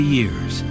years